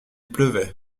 pleuvait